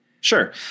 Sure